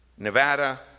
Nevada